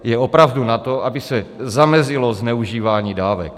Je opravdu na to, aby se zamezilo zneužívání dávek.